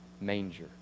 manger